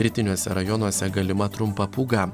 rytiniuose rajonuose galima trumpa pūga